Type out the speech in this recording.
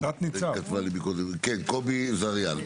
תת-ניצב קובי זריהן,